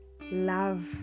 love